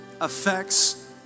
affects